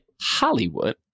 Hollywood